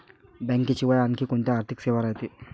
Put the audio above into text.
बँकेशिवाय आनखी कोंत्या आर्थिक सेवा रायते?